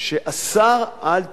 שאסרה את התקצוב,